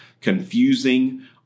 confusing